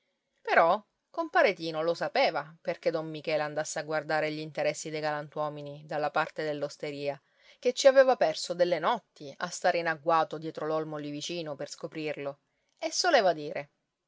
però compare tino lo sapeva perché don michele andasse a guardare gl'interessi dei galantuomini dalla parte dell'osteria ché ci aveva perso delle notti a stare in agguato dietro l'olmo lì vicino per scoprirlo e soleva dire